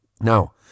Now